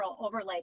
overlay